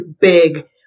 big